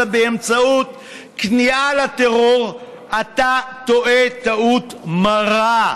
באמצעות כניעה לטרור אתה טועה טעות מרה.